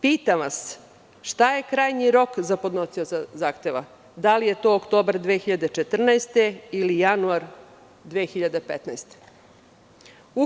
Pitam vas - šta je krajnji rok za podnosioca zahteva, da li je to oktobar 2014. godine ili januar 2015. godine?